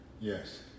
Yes